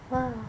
!wah!